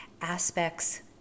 aspects